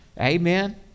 Amen